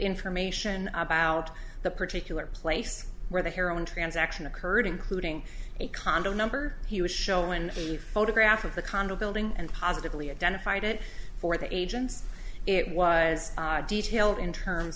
information about the particular place where the heroin transaction occurred including a condo number he was showing a photograph of the condo building and positively identified it for the agents it was detailed in terms